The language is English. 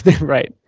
Right